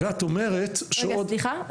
רגע סליחה,